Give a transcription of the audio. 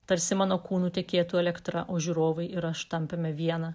tarsi mano kūnu tekėtų elektra o žiūrovai ir aš tampame viena